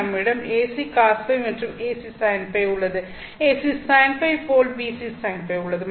நம்மிடம் AC cos φ மற்றும் AC sin φ உள்ளது AC sin φ போல் BC sin φ உள்ளது